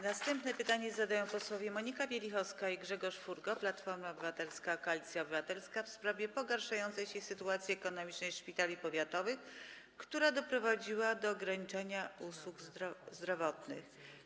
Następne pytanie zadaną posłowie Monika Wielichowska i Grzegorz Furgo, Platforma Obywatelska - Koalicja Obywatelska, w sprawie pogarszającej się sytuacji ekonomicznej szpitali powiatowych, która doprowadziła do ograniczenia usług zdrowotnych.